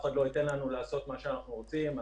אחד לא ייתן לנו לעשות מה שאנחנו רוצים.